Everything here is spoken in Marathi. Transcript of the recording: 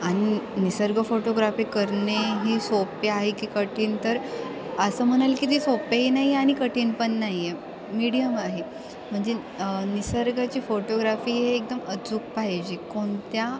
आणि निसर्ग फोटोग्राफी करणेही सोपे आहे की कठीण तर असं म्हणाल की ती सोपेही नाही आहे आणि कठीण पण नाही आहे मीडियम आहे म्हणजे निसर्गाची फोटोग्राफी हे एकदम अचूक पाहिजे कोणत्या